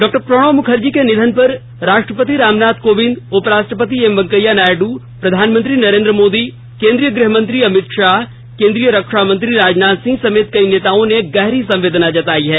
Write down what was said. डॉ प्रणब मुखर्जी के निधन पर राष्ट्रपति रामनाथ कोविंद उप राष्ट्रपति एम वैंकेया नायड्र प्रधानमंत्री नरेंद्र मोदी केंद्रीय गृह मंत्री अमित शाह केंद्रीय रक्षा मंत्री राजनाथ सिंह समेत कई नेताओं ने गहरी संवेदना जताई है